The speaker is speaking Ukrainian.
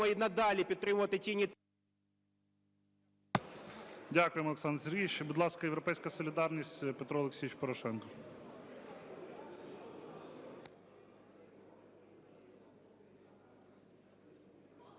Дякуємо, Олександре Сергійовичу. Будь ласка, "Європейська солідарність", Петро Олексійович Порошенко.